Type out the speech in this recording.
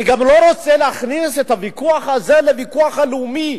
אני גם לא רוצה להכניס את הוויכוח הזה לוויכוח הלאומי,